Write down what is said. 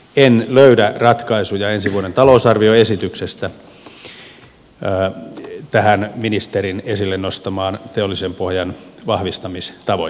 en löydä ratkaisuja ensi vuoden talousarvioesityksestä tähän ministerin esille nostamaan teollisen pohjan vahvistamistavoitteeseen